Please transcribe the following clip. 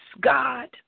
God